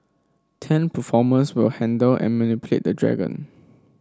ten performers will handle and manipulate the dragon